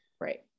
right